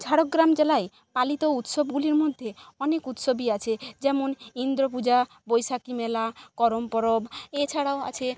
ঝাড়গ্রাম জেলায় পালিত উৎসবগুলির মধ্যে অনেক উৎসবই আছে যেমন ইন্দ্র পূজা বৈশাখী মেলা করম পরব এছাড়াও আছে